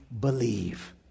believe